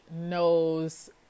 knows